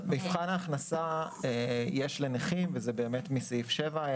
מבחן הכנסה יש לנכים וזה באמת מסעיף 7,